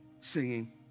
singing